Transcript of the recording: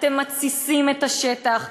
אתם מתסיסים את השטח,